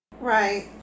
Right